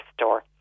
store